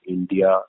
India